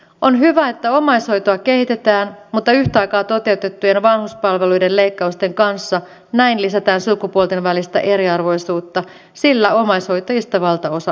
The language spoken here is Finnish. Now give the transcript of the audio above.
on hyvä että omaishoitoa kehitetään mutta yhtä aikaa toteutettujen vanhuspalveluiden leikkausten kanssa näin lisätään sukupuolten välistä eriarvoisuutta sillä omaishoitajista valtaosa on naisia